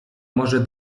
może